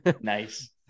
Nice